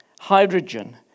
hydrogen